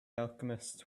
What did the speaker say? alchemist